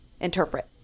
Interpret